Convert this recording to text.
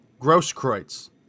Grosskreutz